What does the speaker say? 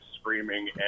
screaming